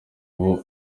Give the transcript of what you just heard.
ubu